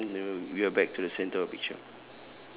okay centre we are back to the centre of picture